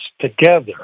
together